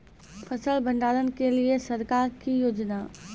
फसल भंडारण के लिए सरकार की योजना?